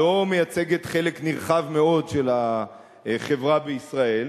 לא מייצגת חלק נרחב מאוד של החברה בישראל,